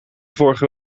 vorige